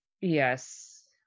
Yes